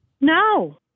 No